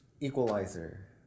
Equalizer